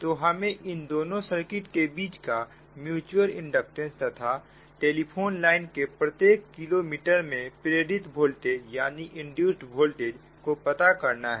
तो हमें इन दोनों सर्किट के बीच का म्युचुअल इंडक्टेंस तथा टेलीफोन लाइन के प्रत्येक किलोमीटर में प्रेरित वोल्टेज को पता करना है